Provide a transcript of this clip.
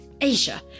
asia